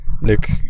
nick